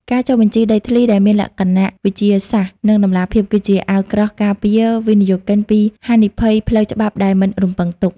ការចុះបញ្ជីដីធ្លីដែលមានលក្ខណៈវិទ្យាសាស្ត្រ និងតម្លាភាព គឺជាអាវក្រោះការពារវិនិយោគិនពីហានិភ័យផ្លូវច្បាប់ដែលមិនរំពឹងទុក។